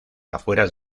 afueras